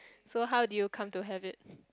so how did you come to have it